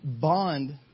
bond